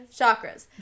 Chakras